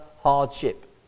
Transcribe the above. hardship